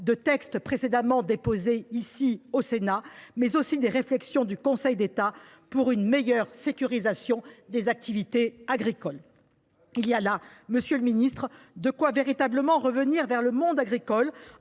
de textes précédemment déposés ici, au Sénat, mais aussi des réflexions du Conseil d’État, pour une meilleure sécurisation des activités agricoles. Très bien ! Il y a là, monsieur le garde des sceaux, de quoi véritablement revenir vers le monde agricole